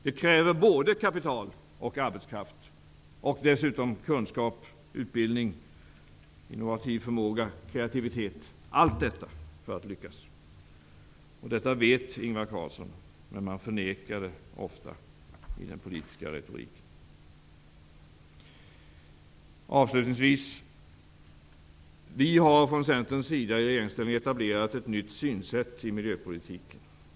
Det krävs både kapital och arbetskraft, och dessutom kunskap, utbildning, innovativ förmåga, kreativitet -- allt detta för att lyckas. Detta vet Ingvar Carlsson, men detta förnekar socialdemokraterna ofta i den politiska retoriken. Avslutningsvis: Vi har från Centerns sida i regeringen etablerat ett nytt synsätt i miljöpolitiken.